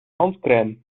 handcrème